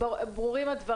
הדברים ברורים.